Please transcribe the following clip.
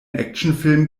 actionfilm